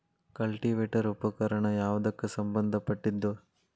Cultivator ಉಪಕರಣ ಯಾವದಕ್ಕ ಸಂಬಂಧ ಪಟ್ಟಿದ್ದು?